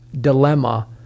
dilemma